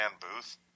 booth